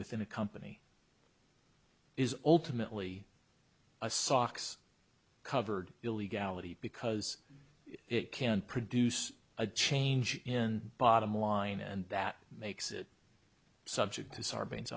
within a company is ultimately a sachs covered illegality because it can produce a change in bottom line and that makes it subject to sarbanes